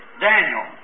Daniel